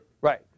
Right